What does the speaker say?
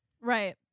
Right